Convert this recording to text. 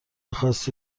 خاصی